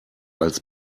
als